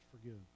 forgive